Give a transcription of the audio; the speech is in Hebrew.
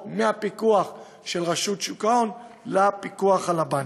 מהפיקוח של רשות שוק ההון לפיקוח על הבנקים.